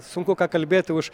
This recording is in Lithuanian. sunku ką kalbėti už